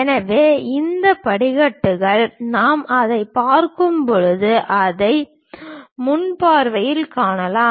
எனவே இந்த படிக்கட்டுகள் நாம் அதைப் பார்க்கும்போது அதை முன் பார்வையில் காணலாம்